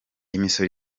imisoro